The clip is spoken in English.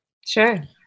Sure